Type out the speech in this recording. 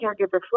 caregiver